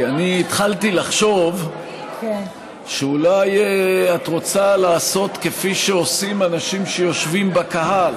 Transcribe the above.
כי התחלתי לחשוב שאולי את רוצה לעשות כפי שעושים אנשים שיושבים בקהל: